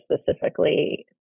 specifically